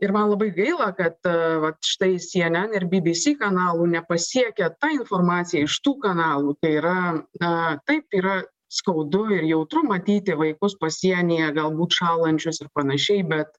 ir man labai gaila kad vat štai cnn ir bbc kanalų nepasiekia ta informacija iš tų kanalų tai yra na taip yra skaudu ir jautru matyti vaikus pasienyje galbūt šąlančius ir panašiai bet